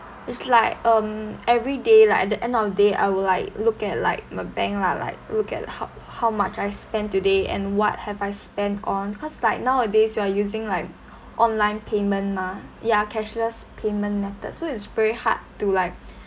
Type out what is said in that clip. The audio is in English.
it's like um everyday like at the end of the day I will like look at like my bank lah like look at how how much I spend today and what have I spent on because like nowadays we are using like online payment mah ya cashless payment method so it's very hard to like